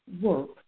work